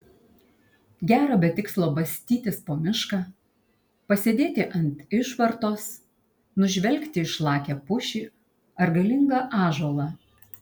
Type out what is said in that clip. gera be tikslo bastytis po mišką pasėdėti ant išvartos nužvelgti išlakią pušį ar galingą ąžuolą